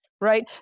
right